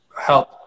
help